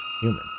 human